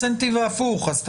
ההפוך.